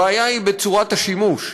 הבעיה היא בצורת השימוש.